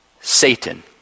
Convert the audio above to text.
Satan